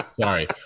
Sorry